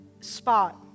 spot